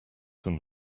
them